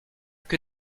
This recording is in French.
que